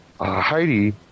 Heidi